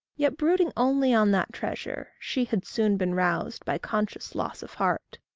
yet, brooding only on that treasure, she had soon been roused by conscious loss of heart.